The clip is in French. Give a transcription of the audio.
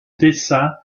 dessin